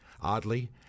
Oddly